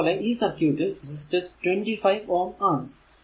അതുപോലെ ഈ സർക്യൂട് ൽ റെസിസ്റ്റർ 25 Ω ഓം ആണ്